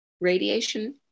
radiation